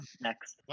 Next